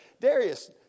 Darius